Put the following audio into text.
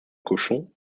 cochon